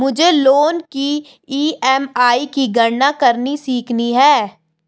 मुझे लोन की ई.एम.आई की गणना करनी सीखनी है